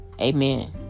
Amen